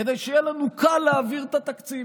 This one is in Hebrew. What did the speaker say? כדי שיהיה לנו קל להעביר את התקציב.